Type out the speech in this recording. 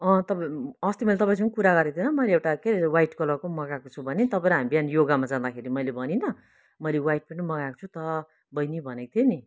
तपाईँ अस्ति मैले तपाईँसँग कुरा गरेको थिएन मैले एउटा के वाइट कलरको मगाएको छु भने तपाईँ र हामी योगामा जाँदाखेरि मैले भनिन मैले वाइट पनि मगाएको छु त बहिनी भनेको थिएँ नि